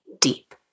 deep